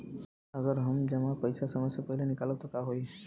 अगर हम जमा पैसा समय से पहिले निकालब त का होई?